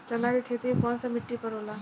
चन्ना के खेती कौन सा मिट्टी पर होला?